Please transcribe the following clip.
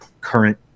current